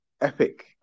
epic